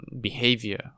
behavior